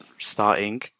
Starting